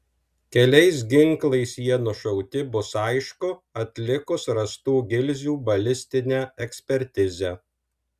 keliais ginklais jie nušauti bus aišku atlikus rastų gilzių balistinę ekspertizę